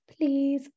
please